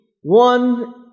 one